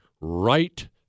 right